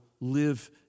live